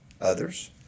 others